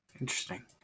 interesting